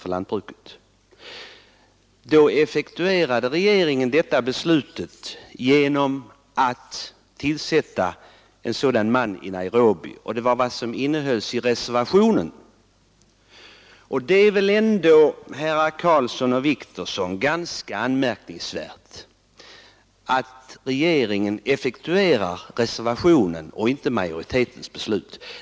Regeringen effektuerade detta beslut genom att dessutom tillsätta en sådan befattningshavare i Nairobi, i enlighet med den reservation som riksdagen hade avslagit. Det är väl ändå, herrar Karlsson och Wictorsson, ganska anmärkningsvärt att regeringen effektuerar reservationen och inte riksdagsmajoritetens beslut.